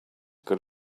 good